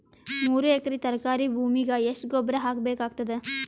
ಮೂರು ಎಕರಿ ತರಕಾರಿ ಭೂಮಿಗ ಎಷ್ಟ ಗೊಬ್ಬರ ಹಾಕ್ ಬೇಕಾಗತದ?